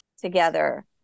together